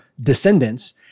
descendants